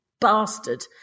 bastard